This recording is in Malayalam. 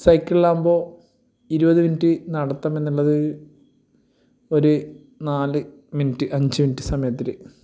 സൈക്കിളിലാകുമ്പോൾ ഇരുപത് മിനിറ്റ് നടത്തമെന്നുള്ളത് ഒരു നാല് മിനിറ്റ് അഞ്ച് മിനിറ്റ് സമയത്തിൽ